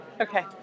Okay